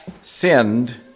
sinned